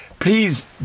Please